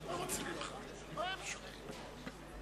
בבקשה.